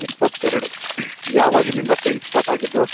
ಇಪ್ಪತ್ತೆರಡು ಯಾವಾಗಿನಿಂದ ಪೇಯ್ನ್ ಸ್ಟಾರ್ಟಾಗಿದ್ದು